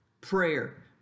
prayer